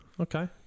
Okay